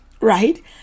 Right